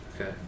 Okay